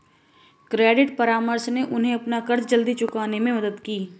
credit परामर्श ने उन्हें अपना कर्ज जल्दी चुकाने में मदद की